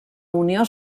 unió